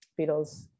Beatles